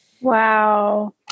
Wow